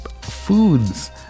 foods